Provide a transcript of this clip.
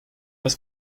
was